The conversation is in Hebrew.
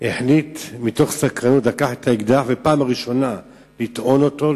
החליט מתוך סקרנות לקחת את האקדח ופעם ראשונה לטעון אותו,